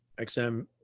XM